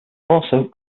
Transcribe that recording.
also